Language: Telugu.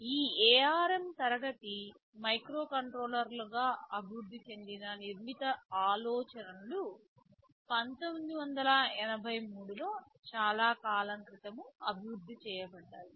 ఈ ARM తరగతి మైక్రోకంట్రోలర్లు గా అభివృద్ధి చెందిన నిర్మిత ఆలోచనలు 1983 లో చాలా కాలం క్రితం అభివృద్ధి చేయబడ్డాయి